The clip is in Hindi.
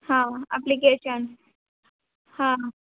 हाँ अप्लीकेशन हाँ